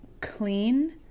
clean